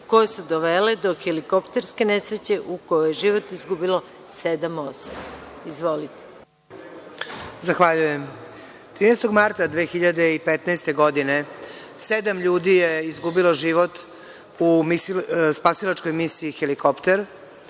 koje su dovele do helikopterske nesreće u kojoj je život izgubilo sedam osoba. Izvolite. **Gordana Čomić** Zahvaljujem. Trinaestog marta 2015. godine sedam ljudi je izgubilo život u spasilačkoj misiji helikopter,